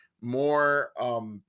more